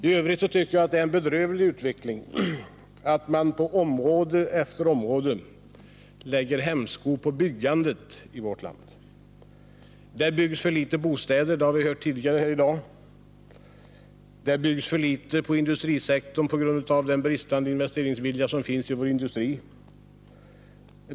I övrigt tycker jag att det är en bedrövlig utveckling att man på område efter område lägger hämsko på byggandet i vårt land. Det byggs för litet bostäder — det har vi hört tidigare i dag. Det byggs för litet inom industrisektorn på grund av bristande investeringsvilja inom industrin.